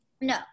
No